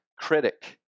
critic